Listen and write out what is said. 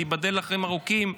תיבדל לחיים ארוכים,